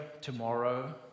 tomorrow